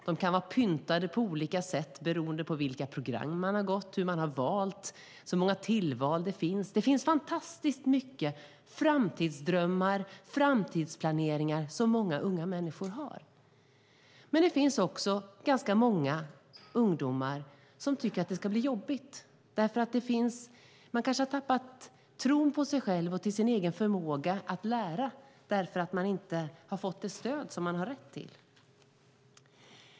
De kan vara pyntade på olika sätt beroende på vilket program man har gått och hur man har valt - det finns så många tillval. Det finns fantastiskt mycket framtidsdrömmar och framtidsplaneringar som många unga människor har. Men det finns också ganska många ungdomar som tycker att det ska bli jobbigt. Man kanske har tappat tron på sig själv och sin förmåga att lära därför att man inte har fått det stöd man har rätt till.